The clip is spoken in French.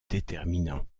déterminant